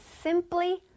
simply